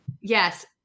Yes